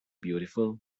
beautiful